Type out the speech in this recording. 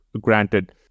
granted